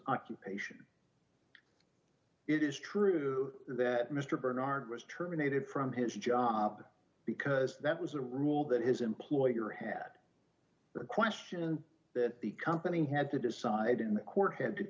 occupation it is true that mr barnard was terminated from his job because that was a rule that his employer had the question that the company had to decide in the court had